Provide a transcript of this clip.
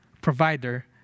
provider